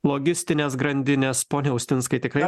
logistinės grandinės pone austinskai tikrai